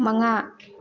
ꯃꯉꯥ